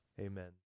Amen